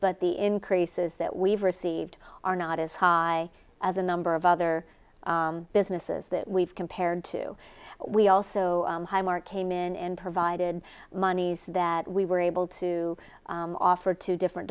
but the increases that we've received are not as high as the number of other businesses that we've compared to we also highmark came in and provided monies that we were able to offer to different